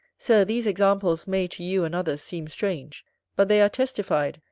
sir, these examples may, to you and others, seem strange but they are testified,